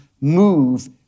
move